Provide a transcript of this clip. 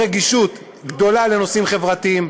רגישות גדולה לנושאים חברתיים.